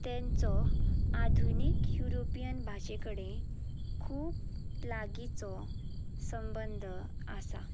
तेंचो आधुनीक युरोपियन भाशे कडेन खूब लागींचो संबंद आसा